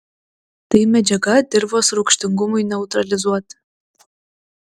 tai medžiaga dirvos rūgštingumui neutralizuoti